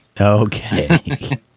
Okay